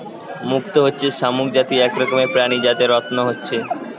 মুক্ত হচ্ছে শামুক জাতীয় এক রকমের প্রাণী যাতে রত্ন হচ্ছে